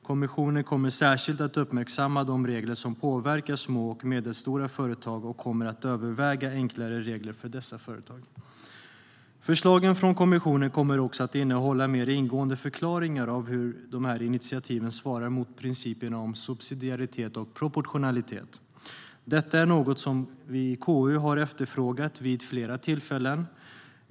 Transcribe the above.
Kommissionen kommer särskilt att uppmärksamma de regler som påverkar små och medelstora företag och kommer att överväga enklare regler för dessa företag. Förslagen från kommissionen kommer också att innehålla mer ingående förklaringar av hur initiativen svarar mot principerna om subsidiaritet och proportionalitet. Detta är något som vi i KU har efterfrågat vid flera tillfällen.